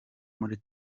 muri